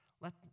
Let